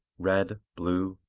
red, blue,